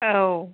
औ